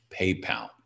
PayPal